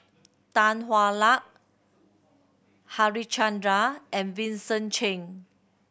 Tan Hwa Luck Harichandra and Vincent Cheng